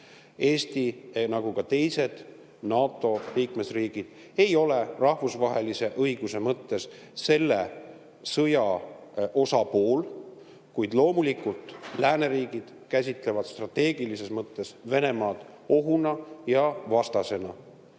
Eesti, nagu ka teised NATO liikmesriigid, ei ole rahvusvahelise õiguse mõttes selle sõja osapool. Kuid loomulikult lääneriigid käsitlevad strateegilises mõttes Venemaad ohuna ja vastasena.